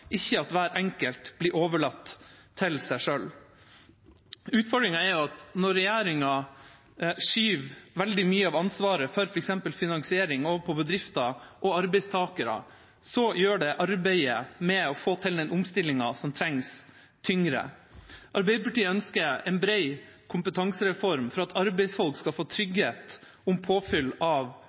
ikke at hver enkelt blir overlatt til seg sjøl. Utfordringen er at når regjeringa skyver veldig mye av ansvaret for f.eks. finansiering over på bedrifter og arbeidstakere, gjør det arbeidet med å få til den omstillingen som trengs, tyngre. Arbeiderpartiet ønsker en bred kompetansereform for at arbeidsfolk skal få trygghet for påfyll av